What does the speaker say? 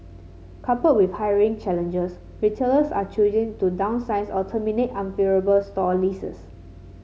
coupled with hiring challenges retailers are choosing to downsize or terminate unfavourable store leases